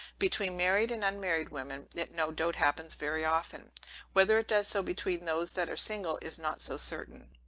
between married and unmarried women, it no doubt happens very often whether it does so between those that are single, is not so certain.